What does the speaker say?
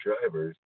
drivers